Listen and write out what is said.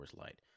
Light